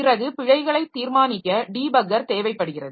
பிறகு பிழைகளை தீர்மானிக்க டீபக்கர் தேவைப்படுகிறது